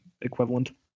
equivalent